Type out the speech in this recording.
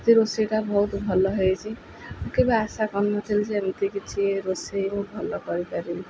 ସେ ରୋଷେଇଟା ବହୁତ ଭଲ ହେଇଛି କେବେ ଆଶା କରିନଥିଲି ଯେ ଏମିତି କିଛି ରୋଷେଇ ମୁଁ ଭଲ କରିପାରିବି